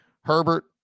Herbert